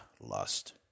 lust